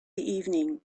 evening